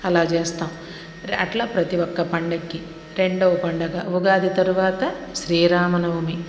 అలా చేస్తాం అలా ప్రతీ ఒక్క పండుగకి రెండవ పండగ ఉగాది తరువాత శ్రీరామనవమి